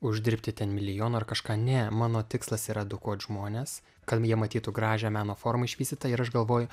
uždirbti ten milijoną ar kažką ne mano tikslas yra edukuot žmones kad jie matytų gražią meno formą išvystytą ir aš galvoju